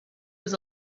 was